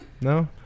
No